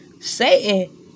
Satan